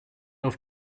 auf